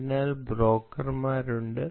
അതിനാൽ ബ്രോക്കർമാരുണ്ട്